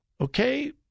Okay